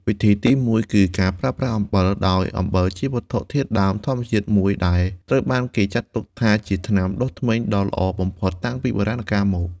វិធីសាស្រ្តទីមួយគឺការប្រើប្រាស់អំបិល ដោយអំបិលជាវត្ថុធាតុដើមធម្មជាតិមួយដែលត្រូវបានគេចាត់ទុកថាជាថ្នាំដុសធ្មេញដ៏ល្អបំផុតតាំងពីបុរាណកាលមក។